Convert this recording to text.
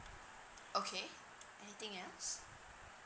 okay anything else